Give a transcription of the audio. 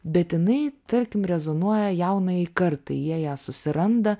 bet jinai tarkim rezonuoja jaunajai kartai jie ją susiranda